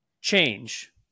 change